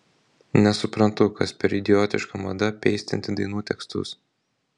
nesuprantu kas per idiotiška mada peistinti dainų tekstus